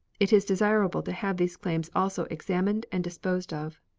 it is desirable to have these claims also examined and disposed of.